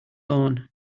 lawn